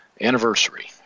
anniversary